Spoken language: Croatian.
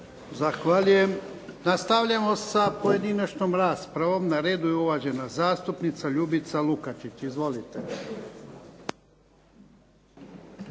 Zahvaljujem. Nastavljamo sa pojedinačnom raspravom. Na redu je uvažena zastupnica Ljubica Lukačić. Izvolite.